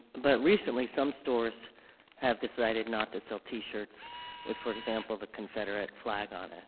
but recently some stores have decided not to sell t-shirts with for example the confederate flag on it.